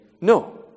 no